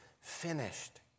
finished